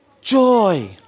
joy